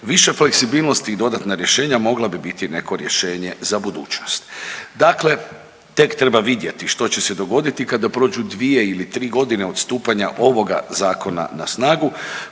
više fleksibilnosti i dodatna rješenja mogla bi biti neko rješenje za budućnost. Dakle tek treba vidjeti što će se dogoditi kada prođu 2 ili 3.g. od stupanja ovoga zakona na snagu,